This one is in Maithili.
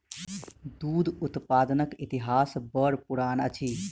दूध उत्पादनक इतिहास बड़ पुरान अछि